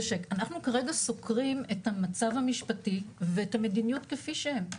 זה שאנחנו כרגע סוקרים את המצב המשפטי ואת המדיניות כפי שהן.